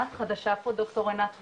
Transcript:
חדשה פה, ד"ר רנת ריינס,